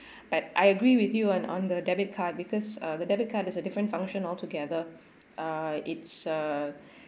but I agree with you on on the debit card because uh the debit card there's a different function altogether err it's uh